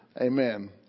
Amen